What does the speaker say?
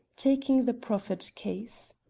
taking the proffered case.